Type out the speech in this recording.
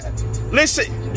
Listen